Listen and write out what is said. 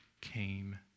came